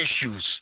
issues